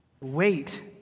wait